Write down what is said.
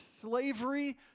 slavery